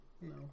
No